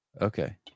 Okay